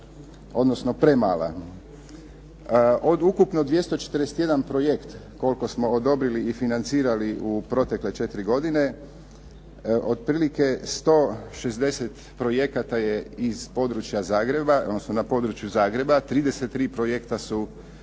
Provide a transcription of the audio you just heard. odnosno premala. Od ukupno 241 projekt koliko smo odobrili i financirali u protekle četiri godine otprilike 160 projekata je iz područja Zagreba odnosno na području Zagreba, 33 projekta su iz